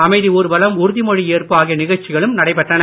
அமைதி ஊர்வலம் உறுதிமொழி ஏற்பு ஆகிய நிகழ்ச்சிகளும் நடைபெற்றன